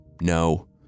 No